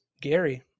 Gary